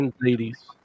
ladies